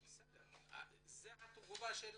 זו תגובתם.